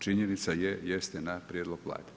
Činjenica je i jeste na prijedlog Vlade.